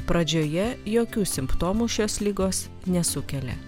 pradžioje jokių simptomų šios ligos nesukelia